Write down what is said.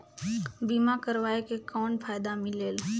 बीमा करवाय के कौन फाइदा मिलेल?